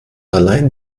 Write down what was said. allein